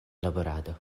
laborado